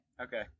Okay